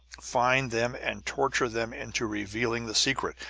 find them, and torture them into revealing the secret!